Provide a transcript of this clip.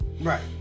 Right